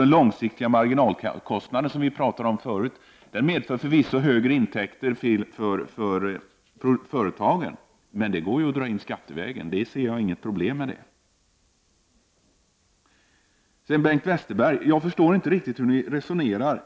Den långsiktiga marginalkostnaden, som vi talade om tidigare, medför förvisso högre intäkter för företagen, men dessa pengar går ju att dra in skattevägen. Jag'ser inget problem i detta. Bengt Westerberg, jag förstår inte hur folkpartiet resonerar.